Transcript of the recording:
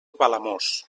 palamós